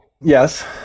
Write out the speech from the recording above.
yes